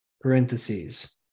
Parentheses